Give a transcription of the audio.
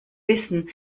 wissen